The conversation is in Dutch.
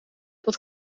dat